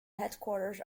headquarters